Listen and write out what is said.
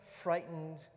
frightened